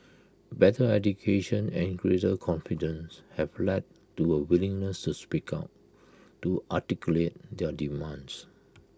better education and greater confidence have led to A willingness to speak out to articulate their demands